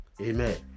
Amen